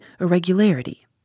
irregularity